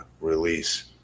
release